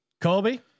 Colby